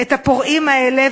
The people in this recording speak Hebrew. את הפורעים האלה.